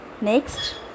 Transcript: next